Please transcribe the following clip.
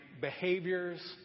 behaviors